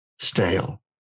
stale